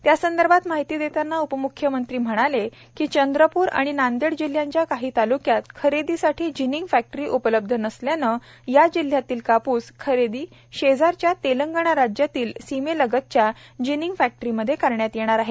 त्यासंदर्भात माहिती देतांना उपम्ख्यमंत्री म्हणाले की चंद्रपूर आणि नांदेड जिल्ह्यांच्या काही तालुक्यात खरेदीसाठी जिनिंग फॅक्टरी उपलब्ध नसल्याने या जिल्ह्यातील कापूस खरेदी शेजारच्या तेलंगणा राज्यातील सीमेलगतच्या जिनिंग फॅक्टरीमध्ये करण्यात येणार आहे